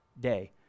day